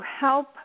help